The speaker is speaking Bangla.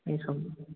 এইসব